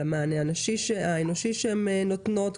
על המענה האנושי שהם נותנות,